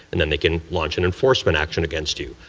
and then they can launch an enforcement action against you.